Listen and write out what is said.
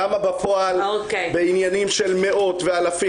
למה בפועל בעניינים של מאות ואלפים